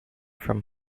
from